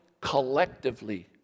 collectively